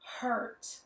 hurt